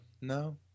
no